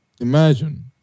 imagine